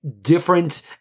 different